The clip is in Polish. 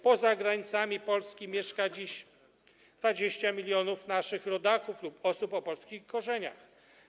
Poza granicami Polski mieszka dziś 20 mln naszych rodaków lub osób o polskich korzeniach.